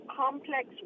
complex